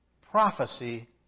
prophecy